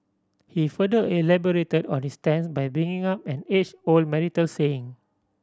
he further elaborated on his stance by bringing up an age old marital saying